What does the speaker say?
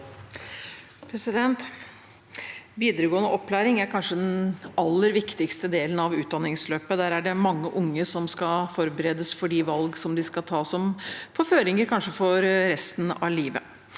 Videregående opplæ- ring er kanskje den aller viktigste delen av utdanningsløpet. Der er det mange unge som skal forberedes for de valg de skal ta som kanskje får føringer for resten av livet.